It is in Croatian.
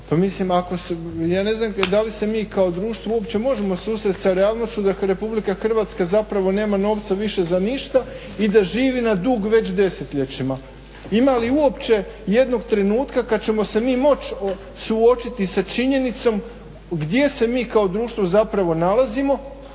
Pa mislim ja ne znam da li se mi kao društvo možemo uopće susresti sa realnošću da RH nema novca za ništa i da živi na dug već desetljećima. Ima li uopće jednog trenutka kada ćemo se mi moći suočiti sa činjenicom gdje se mi kao društvo nalazimo